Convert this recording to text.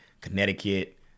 Connecticut